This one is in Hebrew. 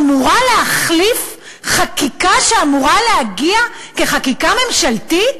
אמורה להחליף חקיקה שאמורה להגיע כחקיקה ממשלתית?